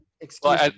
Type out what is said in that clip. excuse